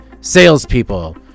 salespeople